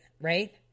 right